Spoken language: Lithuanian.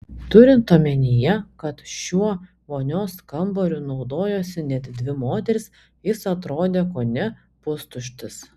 turint omenyje kad šiuo vonios kambariu naudojosi net dvi moterys jis atrodė kone pustuštis